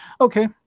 Okay